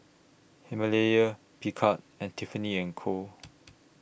Himalaya Picard and Tiffany and Co